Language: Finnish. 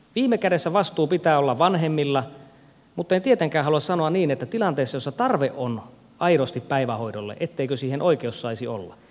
viime kädessä vastuun pitää olla vanhemmilla mutta en tietenkään halua sanoa niin etteikö tilanteessa jossa tarve on aidosti päivähoidolle siihen oikeus saisi olla